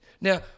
Now